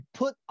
put